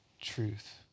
truth